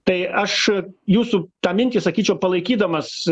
tai aš jūsų tą mintį sakyčiau palaikydamas